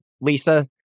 Lisa